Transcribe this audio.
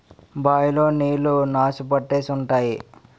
bye లో నీళ్లు నాసు పట్టేసి ఉంటాయి